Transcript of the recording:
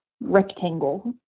rectangle